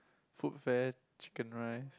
Foodfare chicken rice